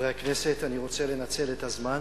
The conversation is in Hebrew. חברי הכנסת, אני רוצה לנצל את הזמן